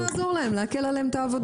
באנו לעזור להם, להקל עליהם את העבודה.